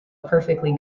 perfectly